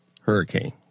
hurricane